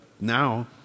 now